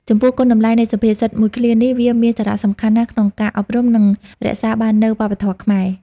ចំពោះគុណតម្លៃនៃសុភាសិតមួយឃ្លានេះ វាមានសារៈសំខាន់ណាស់ក្នុងការអប់រំ និងរក្សាបាននូវវប្បធម៌ខ្មែរ។